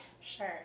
sure